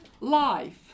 life